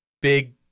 big